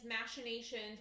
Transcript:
machinations